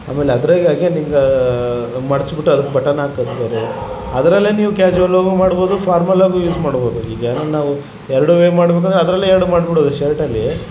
ಆಮೇಲೆ ಅದ್ರಾಗೆ ಅಗೇನ್ ನಿಂಗಾ ಮಡಿಚ್ಬಿಟ್ ಅದ್ಕೆ ಬಟನ್ ಹಾಕೋದು ಬೇರೆ ಅದರಲ್ಲೇ ನೀವು ಕ್ಯಾಶ್ವಲಗು ಮಾಡ್ಬೋದು ಫಾರ್ಮಲಗು ಯೂಸ್ ಮಾಡ್ಬೋದು ಈಗ ಏನನ ನಾವು ಎರಡು ವೇ ಮಾಡಬೇಕಂದ್ರೆ ಅದರಲ್ಲೇ ಎರಡು ಮಾಡ್ಬಿಡ್ಬೋದು ಶರ್ಟಲ್ಲಿ